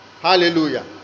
hallelujah